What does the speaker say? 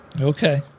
Okay